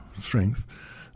strength